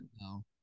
No